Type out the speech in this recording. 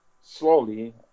slowly